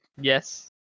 Yes